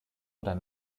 oder